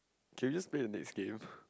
can we just play the next game